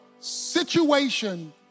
situation